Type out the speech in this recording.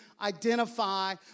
identify